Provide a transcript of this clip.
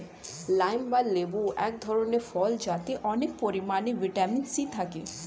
lime বা লেবু এক ধরনের ফল যাতে অনেক পরিমাণে ভিটামিন সি থাকে